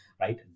right